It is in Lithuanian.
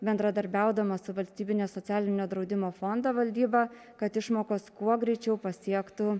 bendradarbiaudama su valstybinio socialinio draudimo fondo valdyba kad išmokos kuo greičiau pasiektų